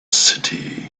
city